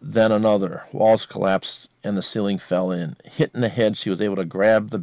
then another walls collapsed and the ceiling fell in hitting the head she was able to grab the